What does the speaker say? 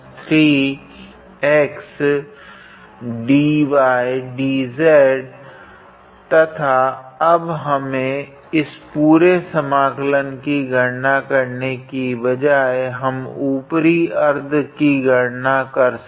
तथा अब हम इस पुरे समाकलन की गणना करने की बजाए हम उपरी अर्ध की गणना कर सकते है